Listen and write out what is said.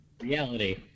Reality